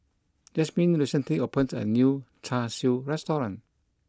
Jazmyn recently opened a new Char Siu restaurant